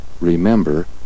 remember